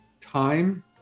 time